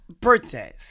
birthdays